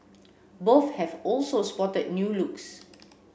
both have also spotted new looks